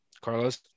Carlos